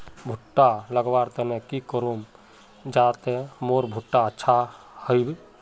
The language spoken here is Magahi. भुट्टा लगवार तने की करूम जाते मोर भुट्टा अच्छा हाई?